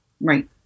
Right